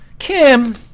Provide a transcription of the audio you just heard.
Kim